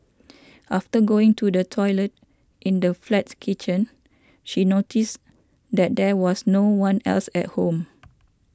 after going to the toilet in the flat's kitchen she noticed that there was no one else at home